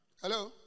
Hello